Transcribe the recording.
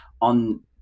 on